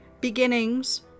beginnings